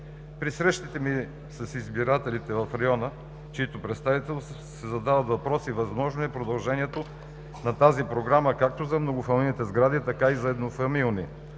При срещите ми с избирателите в района, чийто представител съм, се задават въпроси – възможно ли е продължението на тази Програма както за многофамилните сгради, така и за еднофамилни.